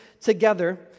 together